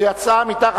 מתנגדים, אין נמנעים.